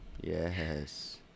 Yes